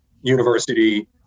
university